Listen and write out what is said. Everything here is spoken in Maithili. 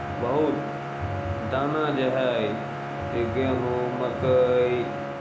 बहुत दाना जे हइ से गेहूँ मक्कइ